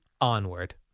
onward